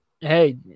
Hey